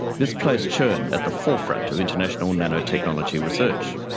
this placed schon at the forefront of international nanotechnology research.